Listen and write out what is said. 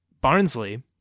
Barnsley